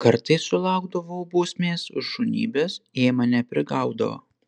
kartais sulaukdavau bausmės už šunybes jei mane prigaudavo